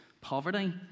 poverty